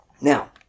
Now